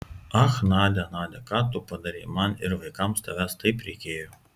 ach nadia nadia ką tu padarei man ir vaikams tavęs taip reikėjo